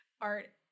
art